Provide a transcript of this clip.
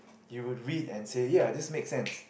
you would read and say ya this makes sense